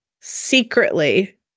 secretly